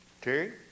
Terry